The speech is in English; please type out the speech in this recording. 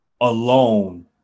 alone